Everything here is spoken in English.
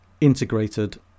integrated